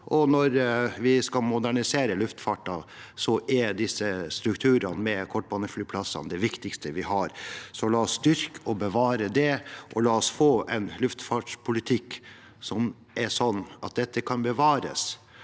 når vi skal modernisere luftfarten, er disse strukturene med kortbaneflyplassene det viktigste vi har. Så la oss styrke og bevare det, og la oss få en luftfartspolitikk som er sånn at dette kan bevares,